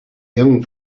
young